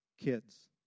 kids